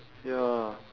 ya